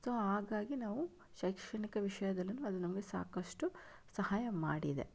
so ಹಾಗಾಗಿ ನಾವು ಶೈಕ್ಷಣಿಕ ವಿಷಯದಲ್ಲೂ ಅದು ನಮಗೆ ಸಾಕಷ್ಟು ಸಹಾಯ ಮಾಡಿದೆ